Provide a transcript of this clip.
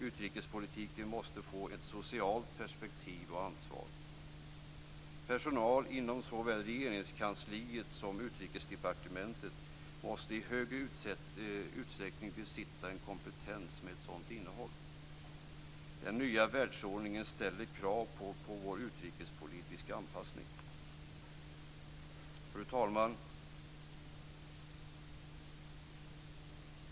Utrikespolitiken måste få ett socialt perspektiv och ansvar. Personal inom såväl Regeringskansliet som Utrikesdepartementet måste i större utsträckning besitta en kompetens med ett sådant innehåll. Den nya världsordningen ställer krav på vår utrikespolitiska anpassning. Fru talman!